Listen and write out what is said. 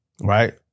Right